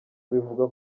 bivuga